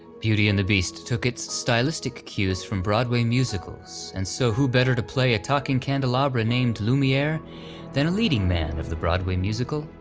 beauty and the beast took its stylistic cues from broadway musicals, and so who better to play a talking candelabra named lumiere than a leading man of the broadway musical,